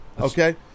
okay